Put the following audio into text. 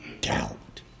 doubt